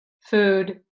Food